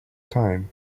time